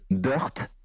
Dirt